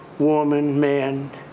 woman, man,